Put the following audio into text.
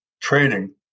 trading